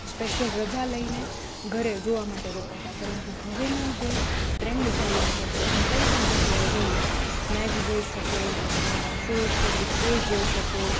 special રજા લઈને ઘરે જોવા માટે રોકાતા પરંતુ હવેનો જે ટ્રેન્ડ ચાલુ છે કે તમે કોઈપણ જગ્યાએ જઈને મેચ જોઈ શકો તમે તમારા શોઝ ફેવરિટ શોઝ જોઈ શકો